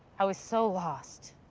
i was so lost.